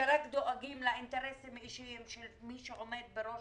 שרק דואגים לאינטרסים האישיים של מי שעומד בראש